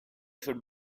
should